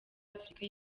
africa